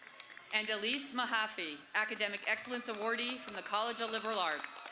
and elise mahaffey, academic excellence awardee from the college of liberal arts